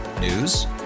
News